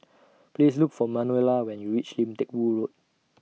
Please Look For Manuela when YOU REACH Lim Teck Boo Road